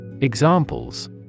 Examples